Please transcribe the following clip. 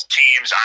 teams